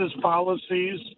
policies